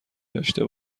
داشته